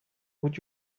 would